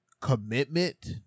commitment